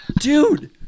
Dude